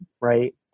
Right